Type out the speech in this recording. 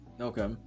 Okay